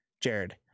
Jared